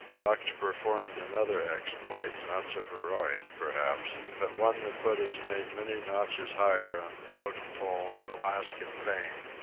buck performed another exploit, not so heroic, perhaps, but one that put his name many notches higher on the totem-pole of alaskan fame.